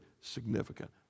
significant